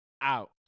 out